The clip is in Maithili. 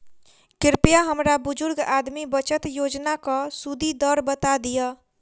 कृपया हमरा बुजुर्ग आदमी बचत योजनाक सुदि दर बता दियऽ